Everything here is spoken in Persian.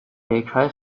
فکرهای